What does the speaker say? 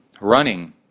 running